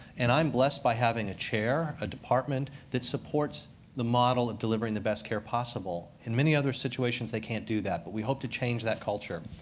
and i'm blessed by having a chair, a department, that supports the model of delivering the best care possible. in many other situations, they can't do that. but we hope to change that culture.